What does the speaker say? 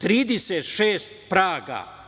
36 "Praga"